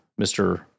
Mr